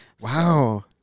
wow